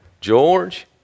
George